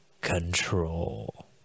Control